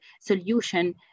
solution